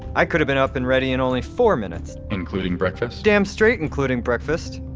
i could've been up and ready in only four minutes including breakfast? damn straight, including breakfast